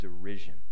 derision